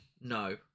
No